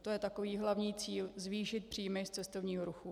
To je takový hlavní cíl zvýšit příjmy z cestovního ruchu.